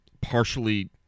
partially